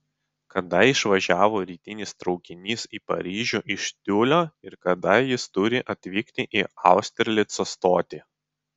kada išvažiavo rytinis traukinys į paryžių iš tiulio ir kada jis turi atvykti į austerlico stotį